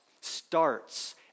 starts